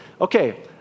okay